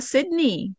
Sydney